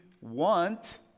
want